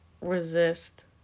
resist